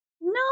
no